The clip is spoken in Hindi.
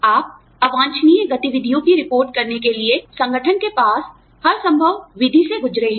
आप अवांछनीय गतिविधियों की रिपोर्ट करने के लिए संगठन के पास हर संभव विधि से गुज़रे हैं